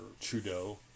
Trudeau